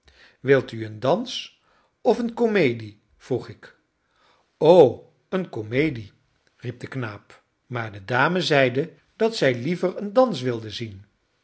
wil u een dans of eene comedie vroeg ik o een comedie riep de knaap maar de dame zeide dat zij liever een dans wilde zien